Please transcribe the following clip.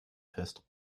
fest